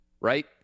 right